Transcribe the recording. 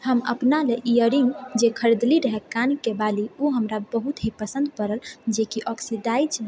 हम अपना लए इयररिंग जे खरीदली रहऽ कानके बाली ओ हमरा बहुत ही पसन्द पड़ल जेकि ऑक्सीडाइज्ड